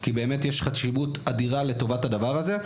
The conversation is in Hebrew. כי באמת יש חשיבות אדירה לטובת הדבר הזה.